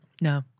No